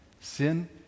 Sin